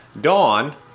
Dawn